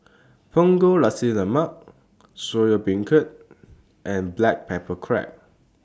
Punggol Nasi Lemak Soya Beancurd and Black Pepper Crab